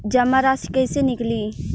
जमा राशि कइसे निकली?